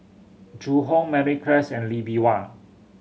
Zhu Hong Mary Klass and Lee Bee Wah